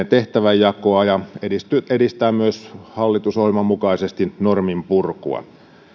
tehtävänjakoa ja edistää edistää myös hallitusohjelman mukaisesti norminpurkua